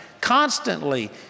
constantly